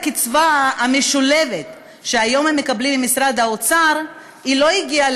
הקצבה המשולבת שהיום הם מקבלים ממשרד האוצר לא הגיעה